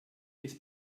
bis